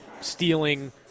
stealing